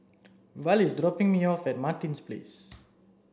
Val is dropping me off at Martin Place